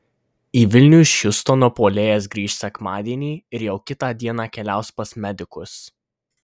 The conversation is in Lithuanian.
į vilnių iš hjustono puolėjas grįš sekmadienį ir jau kitą dieną keliaus pas medikus